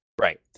Right